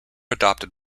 adopted